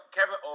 Kevin